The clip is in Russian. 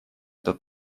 этот